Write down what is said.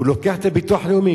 הוא לוקח את הביטוח הלאומי,